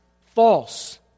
False